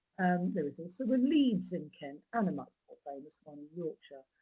there is also a leeds in kent, and a much more famous one in yorkshire.